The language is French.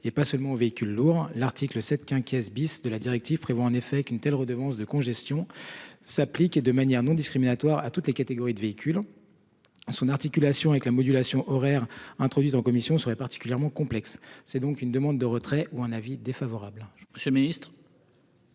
et pas seulement aux véhicules lourds, l'article sept qu'bis de la directive prévoit en effet qu'une telle redevance de congestion s'applique et de manière non discriminatoire à toutes les catégories de véhicules. Son articulation avec la modulation horaire introduite en commission serait particulièrement complexe. C'est donc une demande de retrait ou un avis défavorable je ministre.--